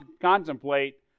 contemplate